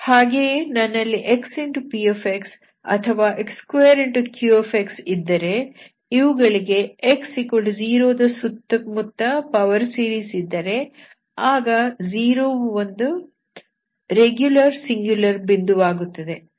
ಹಾಗೆಯೇ ನನ್ನಲ್ಲಿ xpx ಅಥವಾ x2qx ಇದ್ದರೆ ಇವುಗಳಿಗೆ x0 ದ ಸುತ್ತಮುತ್ತ ಪವರ್ ಸೀರೀಸ್ ಇದ್ದರೆ ಆಗ 0 ವು ಒಂದು ರೆಗ್ಯುಲರ್ ಸಿಂಗ್ಯುಲರ್ ಬಿಂದು ವಾಗುತ್ತದೆ